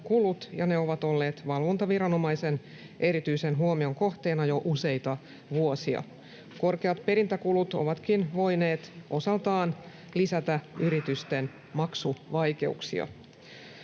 ja ne ovat olleet valvontaviranomaisen erityisen huomion kohteena jo useita vuosia. Korkeat perintäkulut ovatkin voineet osaltaan lisätä yritysten maksuvaikeuksia.